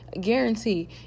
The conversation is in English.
guarantee